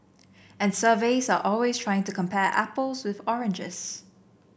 and surveys are always trying to compare apples with oranges